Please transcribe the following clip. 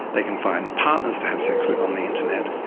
they can find partners to have sex with on the internet,